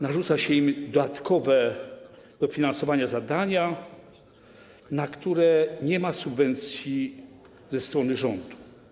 Narzuca się im dodatkowe dofinansowywanie zadań, na które nie ma subwencji ze strony rządu.